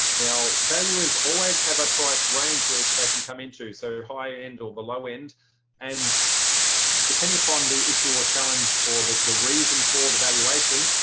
now valuers always have a price range like they can come into. so high end or the low end and depending upon the issue or challenge or the the reason for the valuation